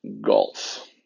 golf